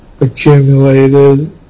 accumulated